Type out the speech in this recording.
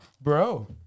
bro